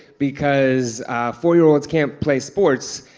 because four-year-olds can't play sports,